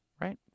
Right